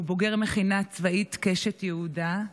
בוגר המכינה הצבאית קשת יהודה.